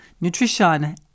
Nutrition